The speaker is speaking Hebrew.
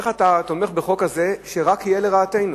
איך אתה תומך בחוק הזה שרק יהיה לרעתנו?